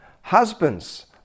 husbands